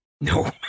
No